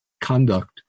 conduct